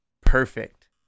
perfect